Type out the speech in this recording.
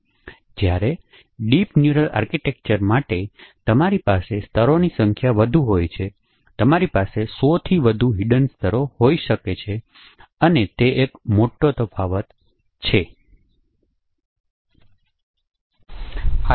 જ્યારે deep neural architecture માટે તમારી પાસે સ્તરોની સંખ્યા વધુ હોય છે તમારી પાસે 100 થી વધુ હિડ્ન સ્તરો હોઈ શકે છે અને તે એક મોટો તફાવત છે